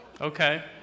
Okay